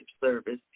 service